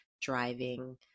driving